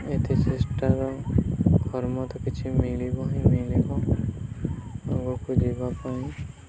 ଏତେ ଚେଷ୍ଟାର କର୍ମ ତ କିଛି ମିଳିବ ହିଁ ମିଳିବ ଆଗକୁ ଯିବା ପାଇଁ